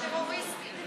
טרוריסטים.